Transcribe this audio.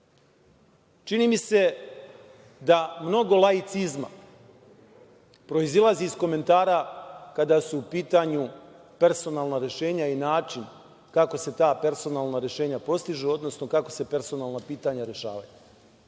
Čini mi se da mnogo laicizma proizilazi iz komentara kada su u pitanju personalna rešenja i način kako se ta personalna rešenja postižu, odnosno kako se personalna pitanja rešavaju.